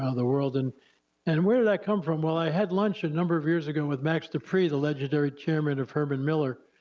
ah the world. and and where did i come from? well, i had lunch a number of years ago with max de pree, the legendary chairman of herman miller,